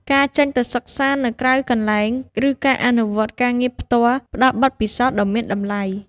ការចេញទៅសិក្សានៅក្រៅកន្លែង ឬការអនុវត្តការងារផ្ទាល់ ផ្តល់បទពិសោធន៍ដ៏មានតម្លៃ។